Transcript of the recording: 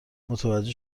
متوجه